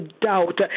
doubt